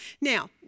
Now